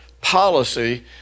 policy